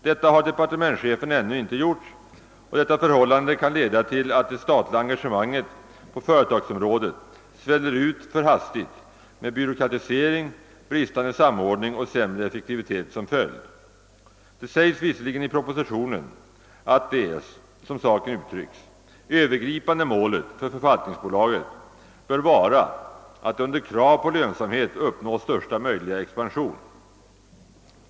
Detta har departementschefen ännu inte gjort och det förhållandet kan leda till att det statliga engagemanget på företagsområdet sväller ut för hastigt med byråkratisering, bristande samordning och sämre effektivitet som följd. Det sägs visserligen i Propositionen, att den, som det heter, övergripande målsättningen för förvaltningsbolaget bör vara att under krav på lönsamhet uppnå största möjliga expansion.